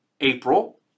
April